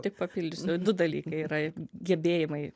tik papildysiu du dalykai yra gebėjimai